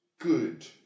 good